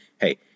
Hey